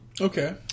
Okay